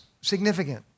significant